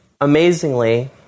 amazingly